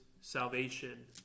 salvation